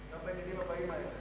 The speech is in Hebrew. גם בעניינים הבאים.